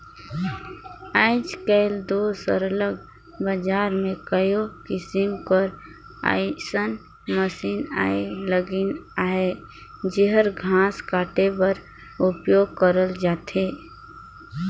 आएज काएल दो सरलग बजार में कइयो किसिम कर अइसन मसीन आए लगिन अहें जेहर घांस काटे बर उपियोग करल जाथे